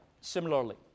similarly